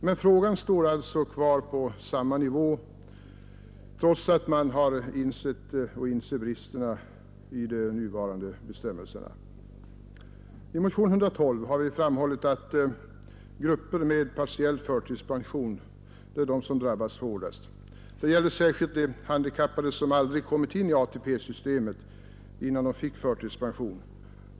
Men frågan står ännu kvar på samma nivå trots att man har insett och inser bristerna i de nuvarande bestämmelserna. I motionen 112 har framhållits att grupper med partiell förtidspension drabbas hårt. Det gäller särskilt de handikappade som aldrig kommit in i ATP-systemet innan de fick förtidspension.